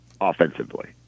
offensively